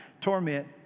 torment